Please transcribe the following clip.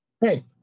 Hey